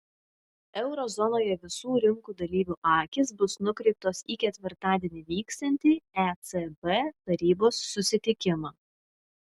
euro zonoje visų rinkų dalyvių akys bus nukreiptos į ketvirtadienį vyksiantį ecb tarybos susitikimą